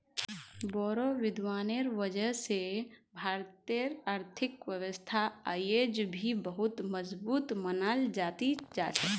बोड़ो विद्वानेर वजह स भारतेर आर्थिक व्यवस्था अयेज भी बहुत मजबूत मनाल जा ती जा छ